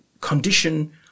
condition